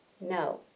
No